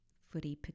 footy